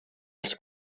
als